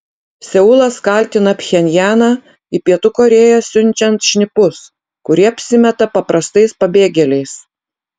seulas kaltina pchenjaną į pietų korėją siunčiant šnipus kurie apsimeta paprastais pabėgėliais